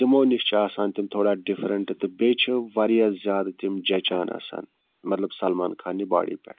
تِمو نِش چھِ آسان تِم تھوڑا ڈِفرَنٹہٕ تہٕ بیٚیہِ چھِ واریاہ زیادٕ تِم جَچان آسان مطلب سَلمان خان نہِ باڈی پٮ۪ٹھ